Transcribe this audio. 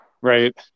right